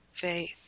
faith